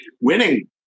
Winning